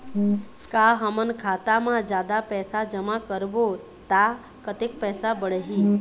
का हमन खाता मा जादा पैसा जमा करबो ता कतेक पैसा बढ़ही?